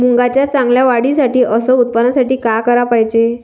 मुंगाच्या चांगल्या वाढीसाठी अस उत्पन्नासाठी का कराच पायजे?